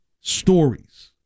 stories